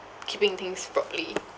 keeping things properly